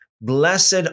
Blessed